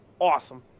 Awesome